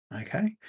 Okay